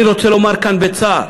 אני רוצה לומר כאן בצער